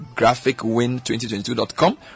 GraphicWin2022.com